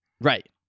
Right